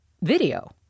video